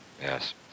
Yes